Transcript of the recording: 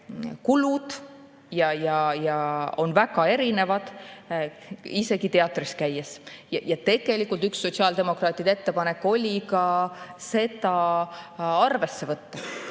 kulud on väga erinevad, isegi teatris käies. Tegelikult üks sotsiaaldemokraatide ettepanek oli ka seda arvesse võtta.